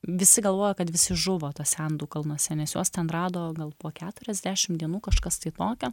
visi galvojo kad visi žuvo tuose andų kalnuose nes juos ten rado gal po keturiasdešim dienų kažkas tai tokio